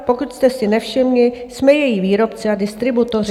Pokud jste si nevšimli jsme její výrobci a distributoři.